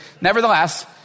nevertheless